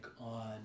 on